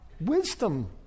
wisdom